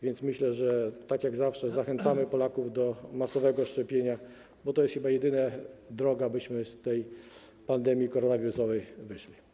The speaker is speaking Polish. Więc tak jak zawsze zachęcamy Polaków do masowego szczepienia, bo to jest chyba jedyna droga, abyśmy z tej pandemii koronawirusowej wyszli.